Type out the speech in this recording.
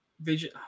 vision